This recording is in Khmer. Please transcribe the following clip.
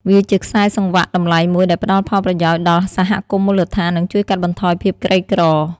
វាជាខ្សែសង្វាក់តម្លៃមួយដែលផ្តល់ផលប្រយោជន៍ដល់សហគមន៍មូលដ្ឋាន និងជួយកាត់បន្ថយភាពក្រីក្រ។